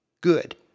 good